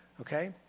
okay